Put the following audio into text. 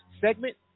segment